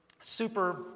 super